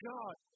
God